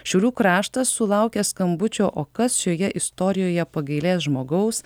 šiaulių kraštas sulaukė skambučio o kas šioje istorijoje pagailės žmogaus